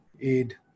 aid